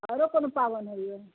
आओरो कोनो पाबनि होइए